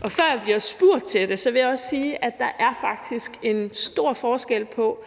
og før vi har spurgt til det, vil jeg også sige, at der faktisk er en stor forskel på,